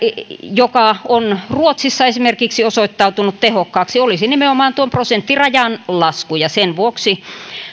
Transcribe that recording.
joka on esimerkiksi ruotsissa osoittautunut tehokkaaksi olisi nimenomaan tuon prosenttirajan lasku ja sen vuoksi